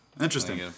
Interesting